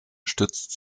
stützt